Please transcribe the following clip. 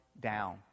down